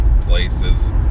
places